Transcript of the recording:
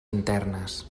internes